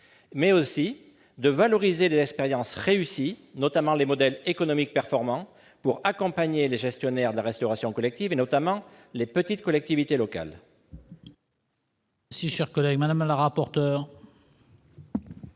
mais aussi de valoriser les expériences réussies, notamment les modèles économiques performants pour accompagner les gestionnaires de la restauration collective, particulièrement les petites collectivités locales. Quel est l'avis de la commission